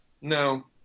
No